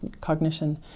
cognition